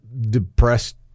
depressed